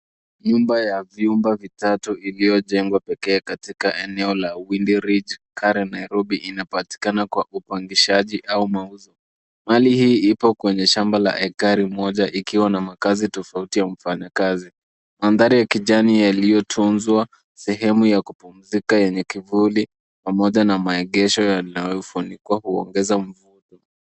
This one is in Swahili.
Nyumba ya vyumba vitatu iliyojengwa pekee katika eneo la Windy Ridge Karen, Nairobi inapatikana kwa upangishaji au mauzo. Mali hii ipo kwenye shamba la ekari moja ikiwa na makazi tofauti ya mfanyikazi. Mandhari ya kijani iliyotunzwa, sehemu ya kupumzika yenye kivuli pamoja na maegesho yaliyofunikwa huongeza mvuto.